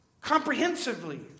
comprehensively